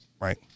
right